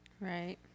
Right